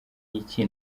iki